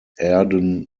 arden